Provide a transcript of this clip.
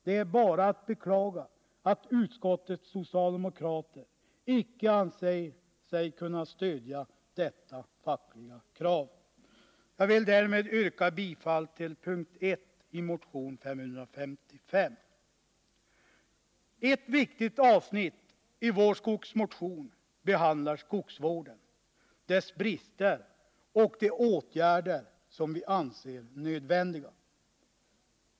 Det är bara att beklaga att utskottets socialdemokrater icke anser sig kunna stödja detta fackliga krav. Därför yrkar jag bifall till punkt 1 i motion” 355; Ett viktigt avsnitt i vår skogsmotion behandlar skogsvården, dess brister och de åtgärder som vi anser nödvändiga.